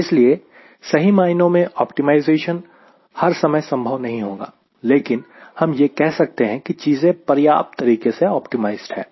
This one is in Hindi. इसलिए सही मायनों में ऑप्टिमाइजेशन हर समय संभव नहीं होगा लेकिन हम यह कह सकते हैं की चीजें पर्याप्त तरीके से ऑप्टिमाइज्ड है